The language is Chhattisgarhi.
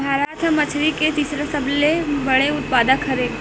भारत हा मछरी के तीसरा सबले बड़े उत्पादक हरे